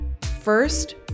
First